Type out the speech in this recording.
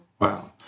Wow